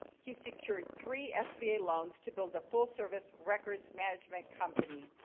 he secured three sba loans to build a full-service records management company.